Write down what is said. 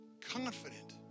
confident